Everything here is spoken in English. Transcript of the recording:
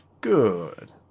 good